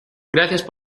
gracias